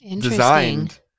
designed